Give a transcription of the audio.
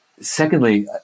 Secondly